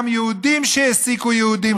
גם יהודים שהעסיקו יהודים,